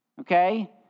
Okay